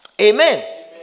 Amen